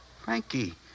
Frankie